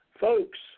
Folks